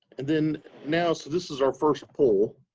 and then now, so this is our first poll.